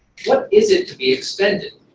what is it to be extended?